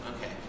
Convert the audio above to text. Okay